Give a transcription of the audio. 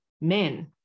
men